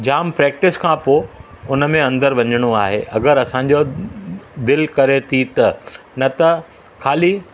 जाम practice खां पोइ हुनमें अंदरि वञिणो आहे अगरि असांजो दिलि करे थी त न त ख़ाली